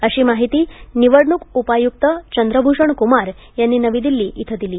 अशी माहिती निवडणूक उपायुक्त चंद्रभूषम कुमार यांनी नवी दिल्ली इथं दिली